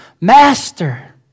Master